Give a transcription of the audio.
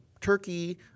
Turkey